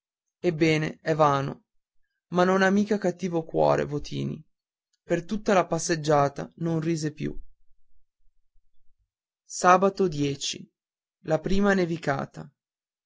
ebbene è vano ma non ha mica cattivo cuore votini per tutta la passeggiata non rise più la prima nevicata